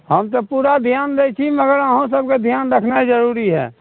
हँ तऽ पूरा ध्यान दै छी मगर अहाँ सबके ध्यान रखनाइ जरूरी हए